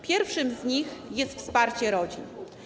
Pierwszym z nich jest wsparcie rodzin.